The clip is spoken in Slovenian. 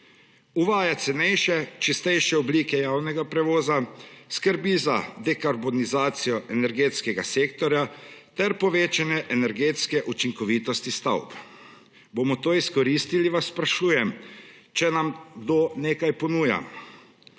Uvaja cenejše, čistejše oblike javnega prevoza, skrbi za dekarbonizacijo energetskega sektorja ter povečanje energetske učinkovitosti stavb. Bomo to izkoristili, vas sprašujem, če nam kdo nekaj ponuja.